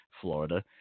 Florida